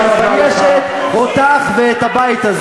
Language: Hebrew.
שמביישת אותך ואת הבית הזה.